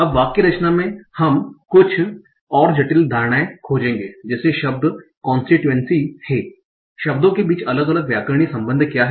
अब वाक्य रचना में हम कुछ और जटिल धारणाएँ खोजेंगे जैसे शब्द कांस्टीट्यूएंसी है शब्दों के बीच अलग अलग व्याकरणिक संबंध क्या हैं